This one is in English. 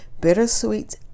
Bittersweet